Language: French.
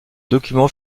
document